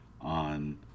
on